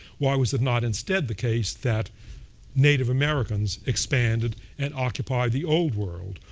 why was it not instead the case that native americans expanded and occupied the old world?